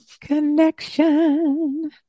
connection